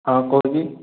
ହଁ କହୁଛି